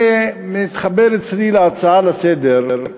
זה מתחבר אצלי להצעה לסדר-היום.